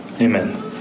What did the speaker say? Amen